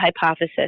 hypothesis